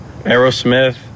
Aerosmith